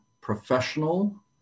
professional